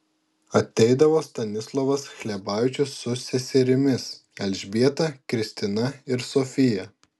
ateidavo stanislovas hlebavičius su seserimis elžbieta kristina ir sofija